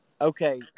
Okay